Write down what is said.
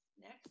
next